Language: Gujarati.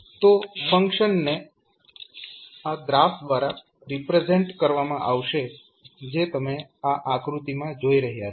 તો ફંક્શનને આ ગ્રાફ દ્વારા રિપ્રેઝેન્ટ કરવામાં આવશે જે તમે આ આકૃતિમાં જોઈ રહ્યાં છો